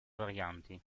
varianti